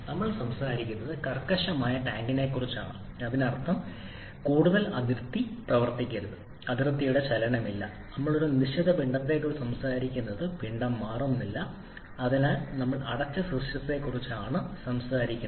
നമ്മൾ സംസാരിക്കുന്നത് കർശനമായ ടാങ്കിനെക്കുറിച്ചാണ് അതിനർത്ഥം കൂടുതൽ അതിർത്തി പ്രവർത്തിക്കരുത് അതിർത്തിയുടെ ചലനമില്ല നമ്മൾ ഒരു നിശ്ചിത പിണ്ഡത്തെക്കുറിച്ചാണ് സംസാരിക്കുന്നത് പിണ്ഡം മാറുന്നില്ല അതിനാൽ നമ്മൾ അടച്ച സിസ്റ്റത്തെക്കുറിച്ചാണ് സംസാരിക്കുന്നത്